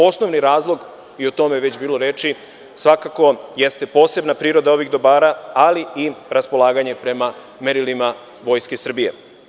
Osnovni razlog, i o tome je već bilo reči, svakako jeste posebna priroda ovih dobara, ali i raspolaganje prema merilima Vojske Srbije.